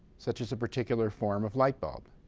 such as a particular form of light bulb.